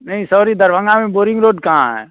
नहीं सॉरी दरभंगा में boring road कहाँ है